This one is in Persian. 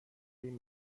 این